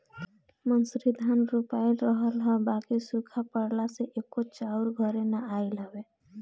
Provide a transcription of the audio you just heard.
मंसूरी धान रोपाइल रहल ह बाकि सुखा पड़ला से एको चाउर घरे ना आइल हवे